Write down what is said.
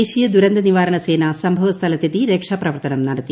ദേശീയ ദുരന്തനിവാരണ സേന സംഭവ സ്ഥലത്തെത്തി രക്ഷാപ്രവർത്തനം നടത്തി